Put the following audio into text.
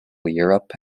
europe